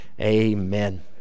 amen